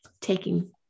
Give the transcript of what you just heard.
taking